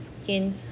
skin